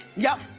yep.